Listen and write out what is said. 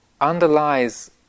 underlies